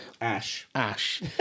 Ash